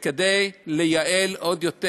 כדי לייעל עוד יותר,